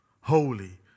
Holy